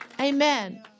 Amen